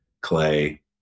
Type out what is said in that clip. Clay